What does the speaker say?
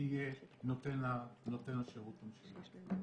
תהיה נותן השירות למשלם.